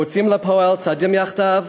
מוציאים לפועל צעדים יחדיו